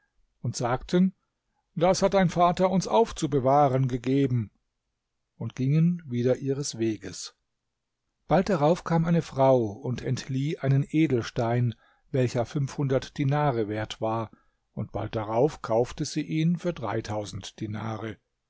und sagten das hat dein vater uns aufzubewahren gegeben und gingen wieder ihres weges bald darauf kam eine frau und entlieh einen edelstein welcher fünfhundert dinare wert war und bald darauf kaufte sie ihn für dreitausend dinare